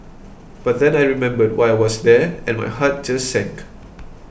but then I remembered why I was there and my heart just sank